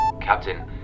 Captain